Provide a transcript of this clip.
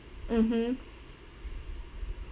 mmhmm